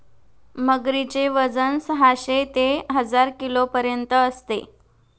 मगरीचे वजन साहशे ते हजार किलोपर्यंत असते